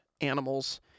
animals